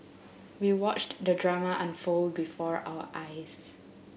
we watched the drama unfold before our eyes